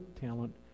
talent